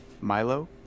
milo